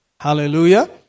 Hallelujah